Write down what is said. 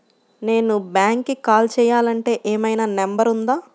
నేను బ్యాంక్కి కాల్ చేయాలంటే ఏమయినా నంబర్ ఉందా?